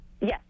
Yes